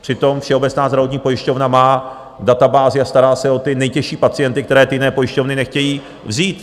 Přitom Všeobecná zdravotní pojišťovna má databázi a stará se o ty nejtěžší pacienty, které ty jiné pojišťovny nechtějí vzít.